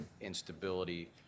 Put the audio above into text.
instability